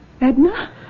Edna